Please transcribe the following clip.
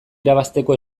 irabazteko